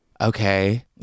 okay